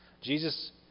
Jesus